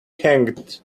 hanged